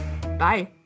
Bye